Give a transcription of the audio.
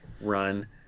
run